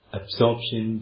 absorption